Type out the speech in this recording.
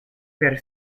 per